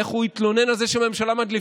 איך הוא התלונן על זה שבממשלה מדליפים,